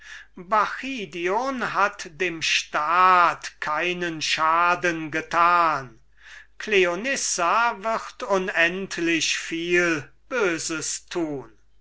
bacchidion hat dem staat keinen schaden getan und cleonissa wird unendlich viel böses tun